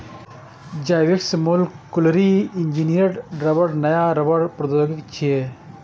Zyvex molecularly engineered रबड़ नया रबड़ प्रौद्योगिकी छियै